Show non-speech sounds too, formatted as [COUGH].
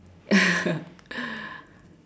[LAUGHS]